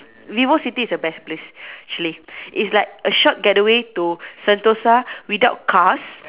VivoCity is the best place actually it's like a short gateway to Sentosa without cars